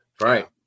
Right